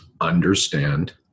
understand